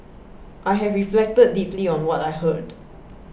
I have reflected deeply on what I heard